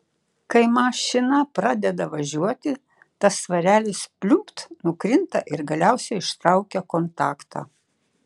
kai mašina pradeda važiuoti tas svarelis pliumpt nukrinta ir galiausiai ištraukia kontaktą